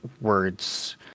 words